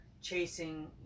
chasing